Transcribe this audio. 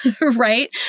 right